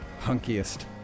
hunkiest